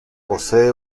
posee